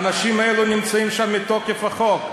האנשים האלה נמצאים שם מתוקף החוק.